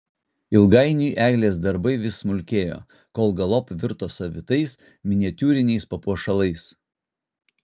ilgainiui eglės darbai vis smulkėjo kol galop virto savitais miniatiūriniais papuošalais